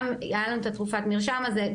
גם היה לנו את התרופת מרשם הזו,